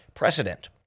Precedent